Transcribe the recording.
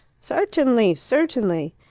certainly! certainly!